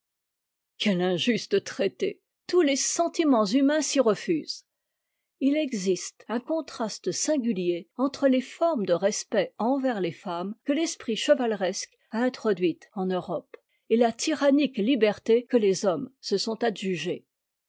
quel injuste traité tous les sentiments humains s'y refusent il existe un contraste singulier entre les formes de respect envers les femmes que l'esprit chevaleresque a introduites en europe et la tyrannique liberté que les hommes se sont adjugée